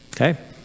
Okay